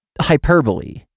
hyperbole